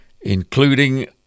including